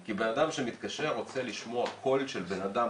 כי בן אדם שמתקשר רוצה לשמוע קול של בן אדם